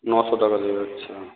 নশো টাকা দেবে আচ্ছা